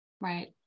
right